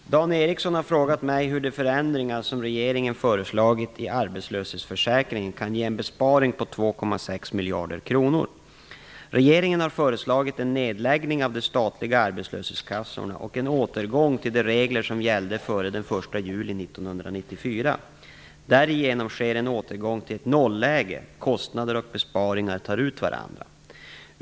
Herr talman! Dan Ericsson har frågat mig hur de förändringar som regeringen föreslagit i arbetslöshetsförsäkringen kan ge en besparing på 2,6 miljarder kronor. Regeringen har föreslagit en nedläggning av de statliga arbetslöshetskassorna och en återgång till de regler som gällde före den 1 juli 1994. Därigenom sker en återgång till ett nolläge, kostnader och besparingar tar ut varandra.